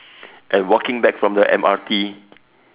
and walking back from the M_R_T